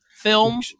Film